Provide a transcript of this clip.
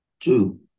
Two